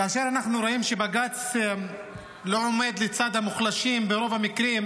כאשר אנחנו רואים שבג"ץ לא עומד לצד המוחלשים ברוב המקרים,